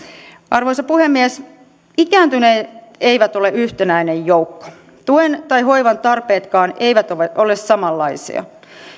arvoisa puhemies ikääntyneet eivät ole yhtenäinen joukko tuen tai hoivan tarpeetkaan eivät ole samanlaisia